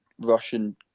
Russian